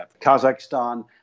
Kazakhstan